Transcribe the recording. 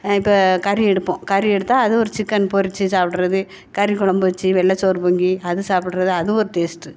இப்போ கறி எடுப்போம் கறி எடுத்தால் அது ஒரு சிக்கன் பொறிச்சி சாப்புடுறது கறி கொழம்பு வச்சி வெள்ளை சோறு பொங்கி அது சாப்புடுறது அது ஒரு டேஸ்ட்டு